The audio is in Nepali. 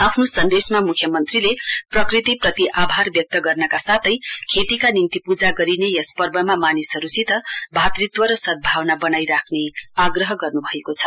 आफ्नो सन्देशमा मुख्यमन्त्रीले प्रकृतिप्रति आभार व्यक्त गर्नका साथै खेतीका निम्ति पूजा गरिने यस पर्वमा मानिसहरूसित भातृत्व र सद्भावना बनाइ राख्ने आग्रह गर्नु भएको छ